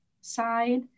side